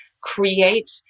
create